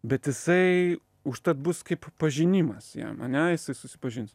bet jisai užtat bus kaip pažinimas jam ane jisai susipažins